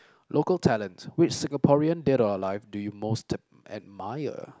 local talent which Singaporean did our life do you most admire